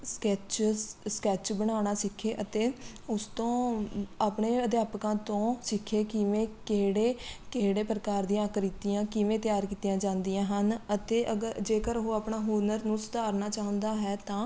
sketches sketch ਬਣਾਉਣਾ ਸਿੱਖੇ ਅਤੇ ਉਸ ਤੋਂ ਆਪਣੇ ਅਧਿਆਪਕਾਂ ਤੋਂ ਸਿੱਖੇ ਕਿਵੇਂ ਕਿਹੜੇ ਕਿਹੜੇ ਪ੍ਰਕਾਰ ਦੀਆਂ ਆਕ੍ਰਿਤੀਆਂ ਕਿਵੇਂ ਤਿਆਰ ਕੀਤੀਆਂ ਜਾਂਦੀਆ ਹਨ ਅਤੇ ਅਗ ਜੇਕਰ ਉਹ ਆਪਣਾ ਹੁਨਰ ਨੂੰ ਸੁਧਾਰਨਾ ਚਾਹੁੰਦਾ ਹੈ ਤਾਂ